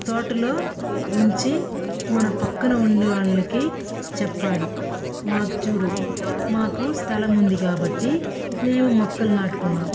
తోటలో ఉంచి మన పక్కన ఉండేవాళ్ళకి చెప్పాలి మాకు చూడు మాకు స్థలముంది కాబట్టి మేము మొక్కలు నాటుకున్నాం